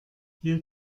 hier